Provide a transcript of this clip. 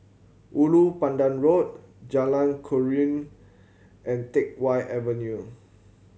Ulu Pandan Road Jalan Keruing and Teck Whye Avenue